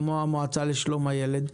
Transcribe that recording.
כמו המועצה לשלום הילד,